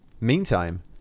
Meantime